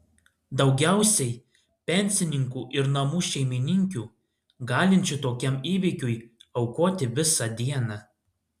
daugiausiai pensininkų ir namų šeimininkių galinčių tokiam įvykiui aukoti visą dieną